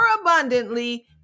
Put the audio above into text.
abundantly